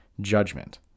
judgment